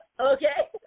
okay